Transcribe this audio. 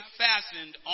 fastened